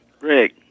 Rick